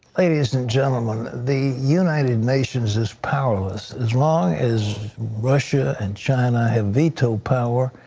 ladies and gentlemen, the united nations is powerless as long as russia and china have veto power.